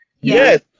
yes